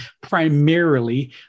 primarily